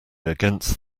against